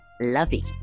lovey